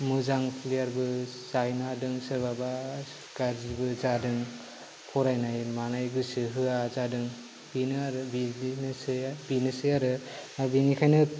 मोजां प्लेयारबो जाहैनो हादों सोरबाबा गाज्रिबो जादों फरायनाय मानाय गोसो होया जादों बेनो आरो बेनोसै आरो बेनोसै बेनिखायनो